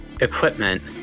equipment